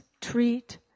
treat